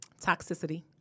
toxicity